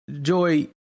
Joy